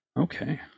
Okay